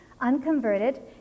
unconverted